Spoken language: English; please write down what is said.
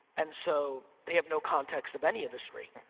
and so they have no context of any industry.